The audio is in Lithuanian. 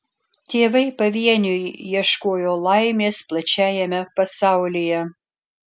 tėvai pavieniui ieškojo laimės plačiajame pasaulyje